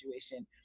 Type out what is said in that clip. situation